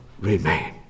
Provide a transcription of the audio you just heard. remain